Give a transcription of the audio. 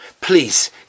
Please